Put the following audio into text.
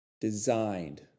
designed